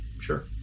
Sure